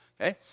okay